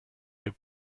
you